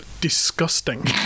disgusting